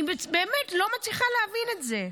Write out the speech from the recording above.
אני באמת לא מצליחה להבין את זה.